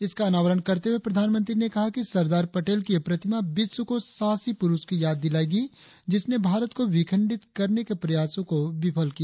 इसका अनावरण करते हुए प्रधानमंत्री ने कहा कि सरदार पटेल की यह प्रतिमा विश्व को साहसी पुरुष की याद दिलाएगी जिसने भारत को विखंडित करने के प्रयासों को विफल किया